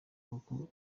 kuko